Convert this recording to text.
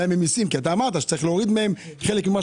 כי אתה אמרת שצריך להוריד מהם חלק ממה